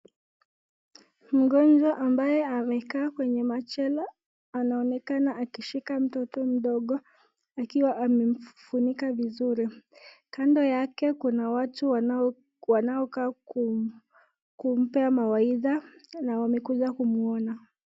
Mgonjwa ambaye amekaa kwenye machela anaonekana akishika mtoto mdogo akiwa amemfunika vizuri , kando yake kuna watu wanaokaa kumpea mawaidha na wamekuja kumuona.